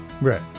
Right